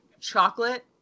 Chocolate